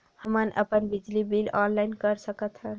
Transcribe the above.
हमन अपन बिजली बिल ऑनलाइन कर सकत हन?